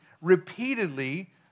repeatedly